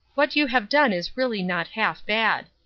what you have done is really not half bad.